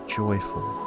joyful